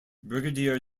brigadier